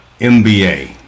MBA